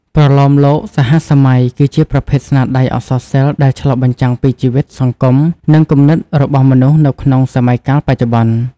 ប្រលោមលោកសហសម័យ គឺជាប្រភេទស្នាដៃអក្សរសិល្ប៍ដែលឆ្លុះបញ្ចាំងពីជីវិត សង្គម និងគំនិតរបស់មនុស្សនៅក្នុងសម័យកាលបច្ចុប្បន្ន។